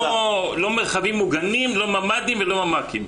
לא מרחבים מוגנים, לא ממד"ים וללא ממ"קים.